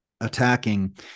attacking